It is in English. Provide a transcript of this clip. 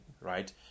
right